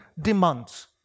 demands